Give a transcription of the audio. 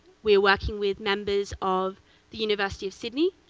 we're working with members of the university of sidney,